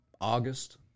August